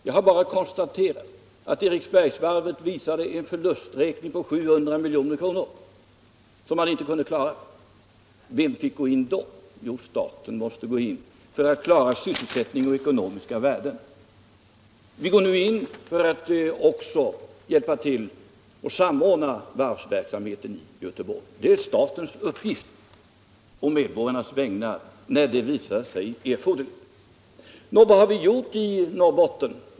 Jag har bara konstaterat att Eriksbergs Varv visade en förlusträkning på 700 milj.kr. som man inte kunde klara. Vem fick gå in då? Jo, staten måste gå in för att klara sysselsättning och ekonomiska värden. Vi går nu in för att också hjälpa till och samordna varvsverksamheter i Göteborg. Det är statens uppgift att å medborgarnas vägnar gå in när det visar sig erforderligt. Nå, vad har vi gjort i Norrbotten?